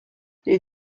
les